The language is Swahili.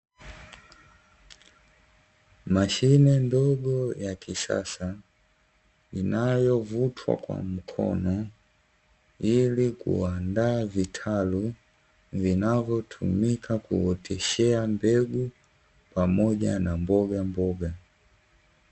Mashine ndogo ya kisasa inayovutwa kwa mkono ili kuandaa vitalu, vinavyotumika kuoteshea mbegu pamoja na mbogamboga.